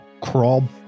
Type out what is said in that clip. crawl